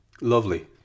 Lovely